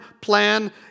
plan